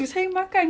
as long as halal